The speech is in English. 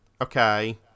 okay